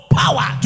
power